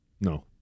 No